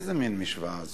איזה מין משוואה זאת?